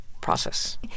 process